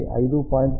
91 నుండి 5